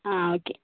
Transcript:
ആ ഓക്കെ